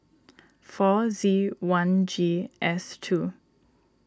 four Z one G S two